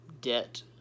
debt